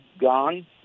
gone